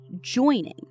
joining